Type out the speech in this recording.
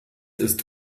ist